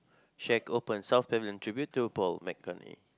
shack open South Pavillion tribute to Paul-McCartney